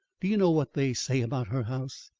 do you know what they say about her house?